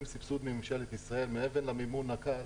סבסוד מממשלת ישראל מעבר למימון הקל,